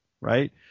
right